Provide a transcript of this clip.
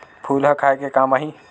फूल ह खाये के काम आही?